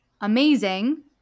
amazing